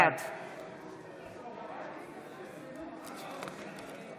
בעד